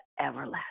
everlasting